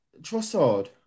Trossard